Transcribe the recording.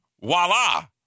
voila